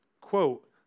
quote